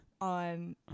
on